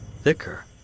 thicker